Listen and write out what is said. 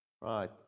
Right